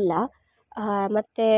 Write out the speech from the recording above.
ಇಲ್ಲ ಮತ್ತು